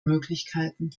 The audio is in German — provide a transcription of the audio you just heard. möglichkeiten